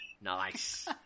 Nice